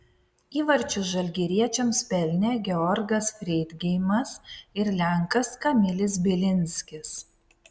įvarčius žalgiriečiams pelnė georgas freidgeimas ir lenkas kamilis bilinskis